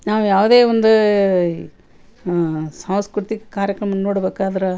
ನಾವು ಯಾವುದೇ ಒಂದು ಸಾಂಸ್ಕೃತಿಕ ಕಾರ್ಯಕ್ರಮ ನೋಡ್ಬೇಕಾದ್ರೆ